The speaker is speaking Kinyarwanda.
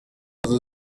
nazo